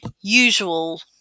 usual